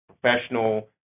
professional